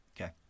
Okay